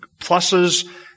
pluses